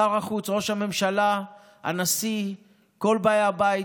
שר החוץ, ראש הממשלה, הנשיא, כל באי הבית,